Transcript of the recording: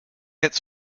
its